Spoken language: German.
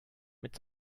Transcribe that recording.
mit